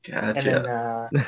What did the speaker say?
gotcha